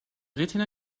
retina